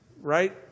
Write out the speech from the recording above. right